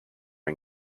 own